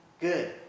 good